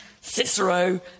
Cicero